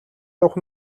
явах